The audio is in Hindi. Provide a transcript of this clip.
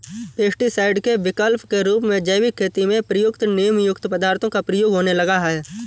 पेस्टीसाइड के विकल्प के रूप में जैविक खेती में प्रयुक्त नीमयुक्त पदार्थों का प्रयोग होने लगा है